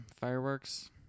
fireworks